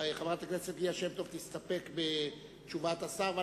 חברת הכנסת ליה שמטוב תסתפק בתשובת השר,